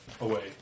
Away